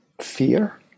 fear